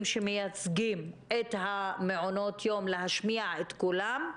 שמייצגים את מעונות היום להשמיע את קולם.